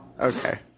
Okay